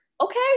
Okay